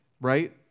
right